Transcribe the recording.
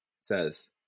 says